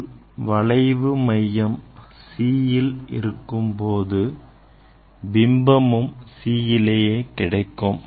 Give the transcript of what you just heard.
பொருள் வளைவு மையம் Cயில் இருக்கும்போது பிம்பமும் Cயிலேயே கிடைக்கும்